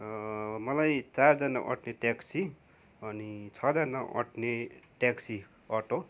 मलाई चारजना अँट्ने ट्याक्सी अनि छःजना अँट्ने ट्याक्सी अटो